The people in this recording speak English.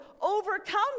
overcome